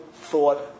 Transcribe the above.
thought